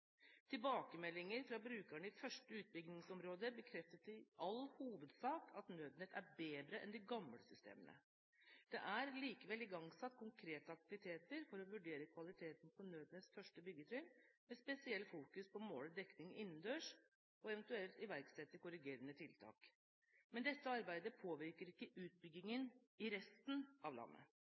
Tilbakemeldinger fra brukerne i første utbyggingsområde bekreftet i all hovedsak at Nødnett er bedre enn de gamle systemene. Det er likevel igangsatt konkrete aktiviteter for å vurdere kvaliteten på Nødnetts første byggetrinn, med spesiell fokus på å måle dekning innendørs og eventuelt iverksette korrigerende tiltak, men dette arbeidet påvirker ikke utbyggingen i resten av landet.